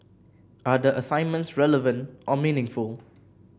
are the assignments relevant or meaningful